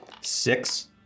Six